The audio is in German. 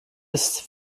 ist